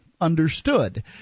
understood